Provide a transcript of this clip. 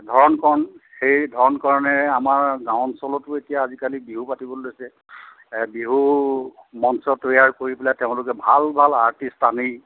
ধৰণ কৰণ সেই ধৰণ কৰণেৰে আমাৰ গাঁও অঞ্চলতো এতিয়া বিহু পাতিবলৈ লৈছে বিহুৰ মঞ্চ তৈয়াৰ কৰি পেলাই তেওঁলোকে ভাল ভাল আৰ্টিষ্ট আনি